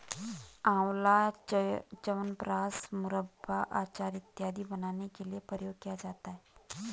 आंवला च्यवनप्राश, मुरब्बा, अचार इत्यादि बनाने के लिए प्रयोग किया जाता है